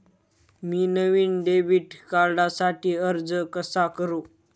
मी नवीन डेबिट कार्डसाठी अर्ज कसा करु?